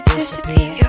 disappear